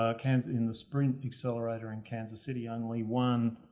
ah kansas in the spring accelerator in kansas city, only one.